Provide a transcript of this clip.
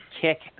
kick